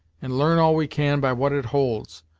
and learn all we can by what it holds.